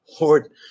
lord